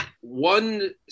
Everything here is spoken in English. one